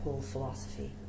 philosophy